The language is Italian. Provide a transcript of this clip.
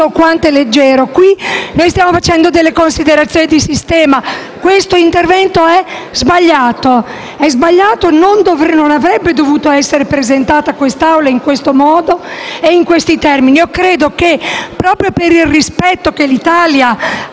quanto è leggero; stiamo facendo delle considerazioni di sistema. L'intervento è sbagliato e non avrebbe dovuto essere presentato all'Assemblea in questo modo e in questi termini. Credo che, proprio per il rispetto che l'Italia ha